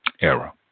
error